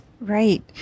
Right